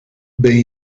ben